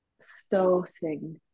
starting